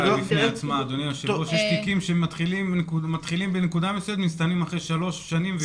יש תיקים שמתחילים בנקודה מסוימת ומסתיימים אחרי שלוש שנים ויותר.